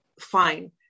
fine